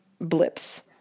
blips